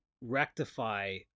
rectify